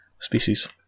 species